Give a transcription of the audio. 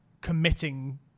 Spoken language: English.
committing